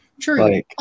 True